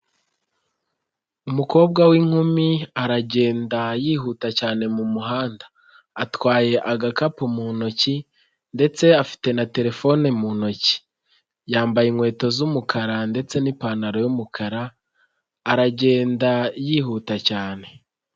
Umukobwa w'inkumi aragenda yihuta cyane mu muhanda, atwaye agakapu mu ntoki ndetse afite na terefone mu ntoki, yambaye inkweto z'umukara ndetse n'ipantaro y'umukara aragenda yihuta cyane.